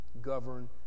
govern